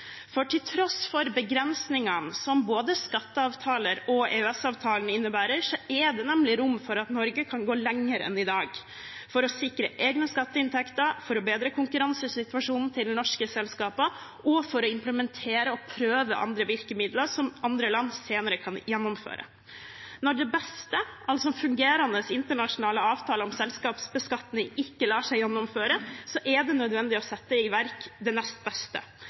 For til tross for begrensningene som både skatteavtaler og EØS-avtalen innebærer, er det nemlig rom for at Norge kan gå lenger enn i dag for å sikre egne skatteinntekter, for å bedre konkurransesituasjonen til norske selskaper og for å implementere og prøve andre virkemidler som andre land senere kan gjennomføre. Når det beste, altså fungerende internasjonale avtaler om selskapsbeskatning, ikke lar seg gjennomføre, er det nødvendig å sette i verk det nest beste.